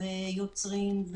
יוצרים,